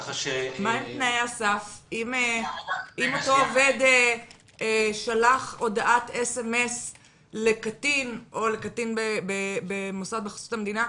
אם אותו עובד שלח הודעתSMS לקטין או לקטין במוסד בחסות המדינה,